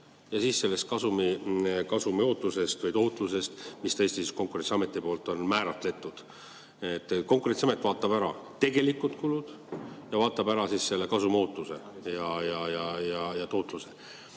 ja siis sellest kasumiootusest või tootlusest, mis tõesti Konkurentsiameti poolt on määratletud. Konkurentsiamet vaatab ära tegelikud kulud ja vaatab ära selle kasumiootuse ja tootluse.